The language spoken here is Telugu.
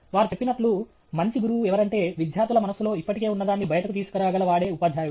వారు చెప్పినట్లు మంచి గురువు ఎవరంటే విద్యార్థుల మనస్సులో ఇప్పటికే ఉన్నదాన్ని బయటకు తీసుకురాగల వాడే ఉపాధ్యాయుడు